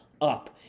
up